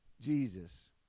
Jesus